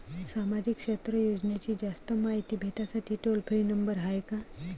सामाजिक क्षेत्र योजनेची जास्त मायती भेटासाठी टोल फ्री नंबर हाय का?